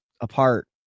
apart